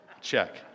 check